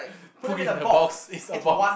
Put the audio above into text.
put it in a box it's a box